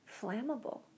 flammable